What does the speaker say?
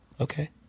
Okay